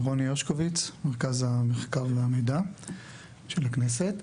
רוני הרשקוביץ, מרכז המחקר והמידע של הכנסת.